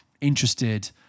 interested